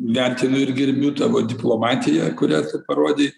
vertinu ir gerbiu tavo diplomatiją kurią parodei